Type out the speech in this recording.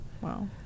Wow